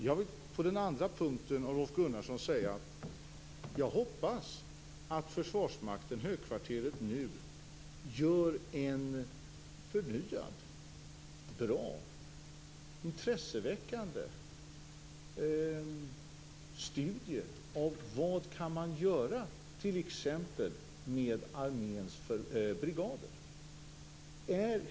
Jag vill på den andra punkten som Rolf Gunnarsson tog upp säga att jag hoppas att Försvarsmaktens högkvarter nu gör en förnyad, bra och intresseväckande studie av vad man kan göra t.ex. med arméns brigader.